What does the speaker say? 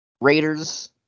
Raiders